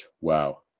wow